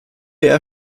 eher